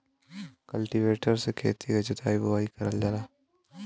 cultivator से खेती क जोताई बोवाई करल जाला